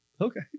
Okay